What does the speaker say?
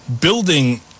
building